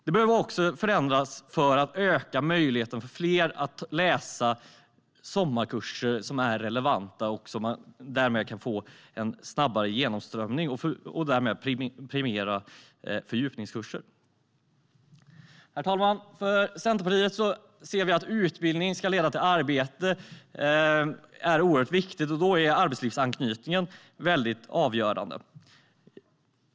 Det behövs också förändringar för att öka möjligheten för fler att läsa sommarkurser som är relevanta för att man därmed ska få en snabbare genomströmning och ska kunna premiera fördjupningskurser. Herr talman! Från Centerpartiet vill vi att utbildning ska leda till arbete. Det är oerhört viktigt. Då är arbetslivsanknytningen avgörande.